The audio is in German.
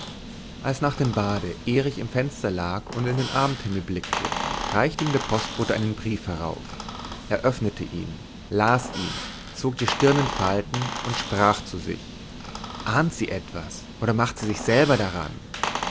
als nach dem bade erich im fenster lag und in den abendhimmel blickte reichte ihm der postbote einen brief herauf er öffnete ihn las ihn zog die stirn in falten und sprach zu sich ahnt sie etwas oder macht sie sich selber daran